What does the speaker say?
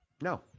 no